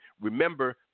Remember